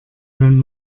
wenn